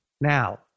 Now